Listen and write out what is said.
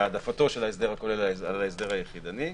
והעדפתו של ההסדר הכולל על ההסדר היחידני.